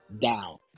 down